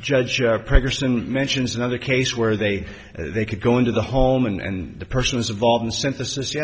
judge our progress and mentions another case where they they could go into the home and the person was involved in synthesis yeah